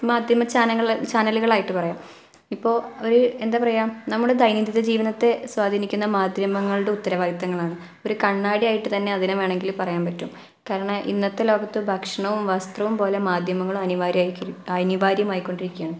മാധ്യമ ചാനലുകൾ ചാനലുകളായിട്ട് പറയാം ഇപ്പോൾ ഒരു എന്താണ് പറയുക നമ്മുടെ ദൈനം ദിന ജീവിതത്തെ സ്വാധീനിക്കുന്ന മാധ്യമങ്ങളുടെ ഉത്തരവാദിത്തങ്ങളാണ് ഒരു കണ്ണാടി ആയിട്ട് തന്നെ അതിനെ വേണമെങ്കിൽ പറയാൻ പറ്റും കാരണം ഇന്നത്തെ ലോകത്ത് ഭക്ഷണവും വസ്ത്രവും പോലെ മാധ്യമങ്ങളും അനിവാര്യമായിരിക്കും അനിവാര്യം ആയിക്കൊണ്ടിരിക്കുകയാണ്